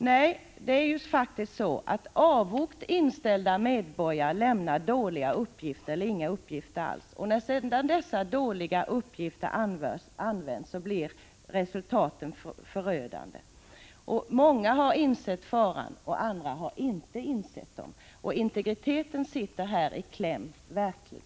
Nej, det är faktiskt så att just avogt inställda medborgare lämnar dåliga uppgifter eller inga uppgifter alls. Och när dessa dåliga uppgifter sedan används, blir resultaten förödande. Många har insett faran, medan andra inte har gjort det. Integriteten sitter här verkligen i kläm.